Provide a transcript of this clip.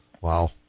Wow